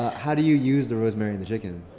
how do you use the rosemary in the chicken?